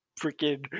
freaking